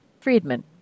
Friedman